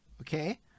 okay